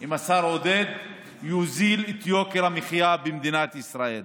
עם השר עודד יוזיל את יוקר המחיה במדינת ישראל.